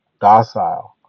docile